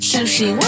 Sushi